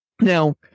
Now